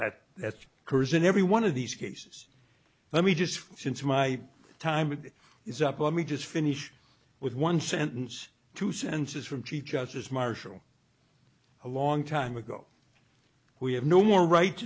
that that's occurs in every one of these cases let me just since my time is up let me just finish with one sentence two senses from teach us as marshall a long time ago we have no more right